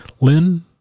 Lynn